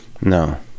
No